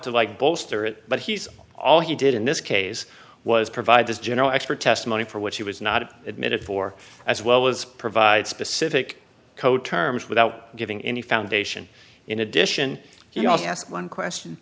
to like bolster it but he's all he did in this case was provide this general expert testimony for which he was not admitted for as well as provide specific code terms without giving any foundation in addition he also asked one question